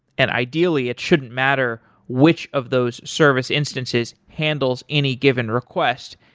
and ideally, it shouldn't matter which of those service instances handles any given request.